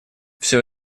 все